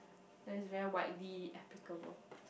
and it's very widely applicable